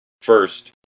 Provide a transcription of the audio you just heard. First